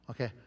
Okay